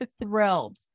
Thrilled